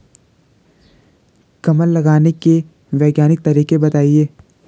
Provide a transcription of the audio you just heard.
कमल लगाने के वैज्ञानिक तरीके बताएं?